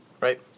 Right